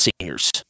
seniors